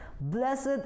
Blessed